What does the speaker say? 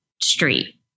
street